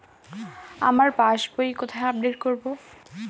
আমার passbook কোথায় update করব?